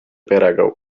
perega